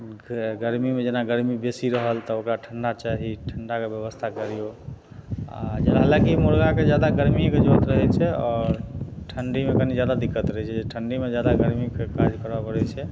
गर्मीमे जेना गरमी बेसी रहल तऽ ओकरा ठण्डा चाही ठण्डाके व्यवस्था करियौ आओर जे हालाँकि मुर्गाके जादा गर्मीके जरूरत रहय छै आओर ठण्डीमे कनी जादा दिक्कत रहय छै जे ठण्डीमे जादा गर्मीके काज करऽ पड़य छै